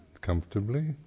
comfortably